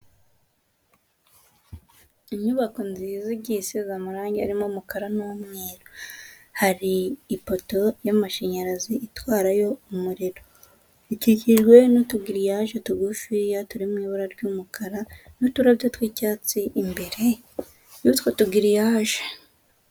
Inyubako nziza igiye isize amarange harimo umukara n'umweru, hari ipoto y'amashanyarazi itwarayo umuriro, ikikijwe n'utugiriyaje tugufiya turi mu ibara ry'umukara, n'uturabyo tw'icyatsi imbere y'utwo tugiriyaje.